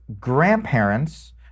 grandparents